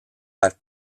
have